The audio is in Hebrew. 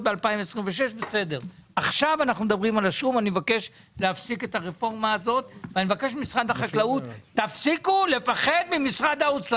אני מבקש להפסיק את הרפורמה הזאת שתחסל את החקלאות בסוף.